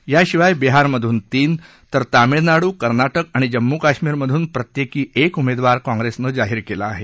याशिवाय बिहारमधून तीन तर तामिळनाडू कर्नाटक आणि जम्मू कश्मीरमधून प्रत्येकी एक उमेदवार काँग्रेसनं जाहीर केला आहे